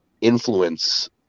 influence